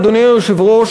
אדוני היושב-ראש,